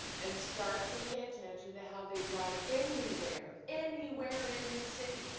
and start to pay attention to how they drive anywhere, anywhere in this city.